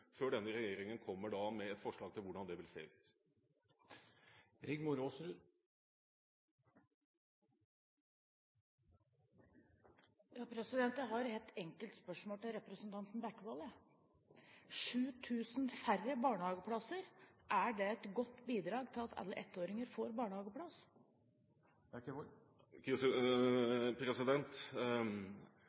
før denne regjeringen kommer med et forslag til hvordan det vil se ut. Jeg har et enkelt spørsmål til representanten Bekkevold: 7 000 færre barnehageplasser, er det et godt bidrag til at alle ettåringer får barnehageplass? Det er